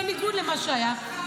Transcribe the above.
בניגוד למה שהיה,